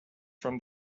from